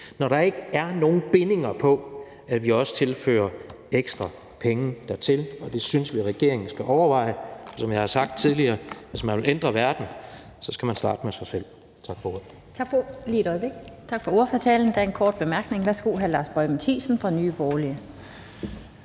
når der ikke er nogen bindinger på, at vi også tilfører ekstra penge dertil. Og det synes vi regeringen skal overveje. Som jeg har sagt tidligere: Hvis man vil ændre verden, skal man starte med sig selv. Tak for ordet.